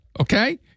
Okay